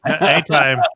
Anytime